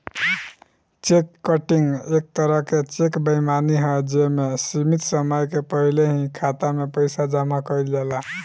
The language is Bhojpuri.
चेक कटिंग एक तरह के चेक बेईमानी ह जे में सीमित समय के पहिल ही खाता में पइसा जामा कइल जाला